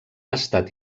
estat